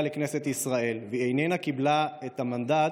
לכנסת ישראל והיא לא קיבלה את המנדט